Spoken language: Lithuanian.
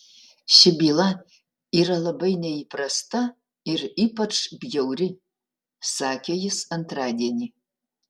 ši byla yra labai neįprasta ir ypač bjauri sakė jis antradienį